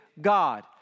God